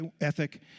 Ethic